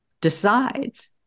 decides